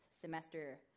semester